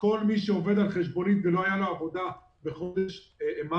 כל מי שעובד על חשבונית ולא הייתה לו עבודה בחודש מאי,